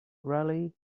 raleigh